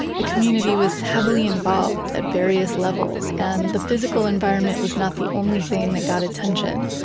the community was heavily involved at various levels and the physical environment was not the only thing that got attention.